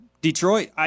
Detroit